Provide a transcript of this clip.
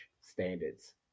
standards